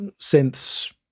synths